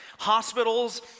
hospitals